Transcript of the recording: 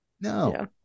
No